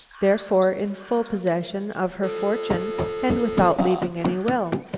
therefore in full possession of her fortune and without leaving any will?